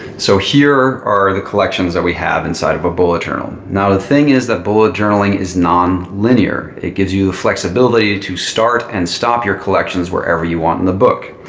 so here are the collections that we have inside of a bullet journal. now, the thing is that bullet journaling is non-linear. it gives you the flexibility to start and stop your collections wherever you want in the book.